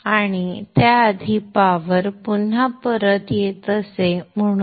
आणि त्याआधी पावर पुन्हा परत येते असे म्हणूया